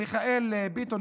מיכאל ביטון,